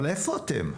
אבל איפה אתם?